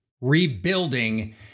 rebuilding